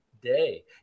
day